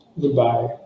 Goodbye